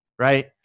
right